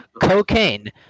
cocaine